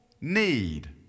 need